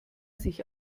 sich